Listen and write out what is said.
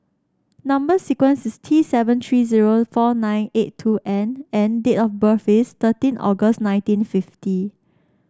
number sequence is T seven three zero four nine eight two N and date of birth is thirteen August nineteen fifty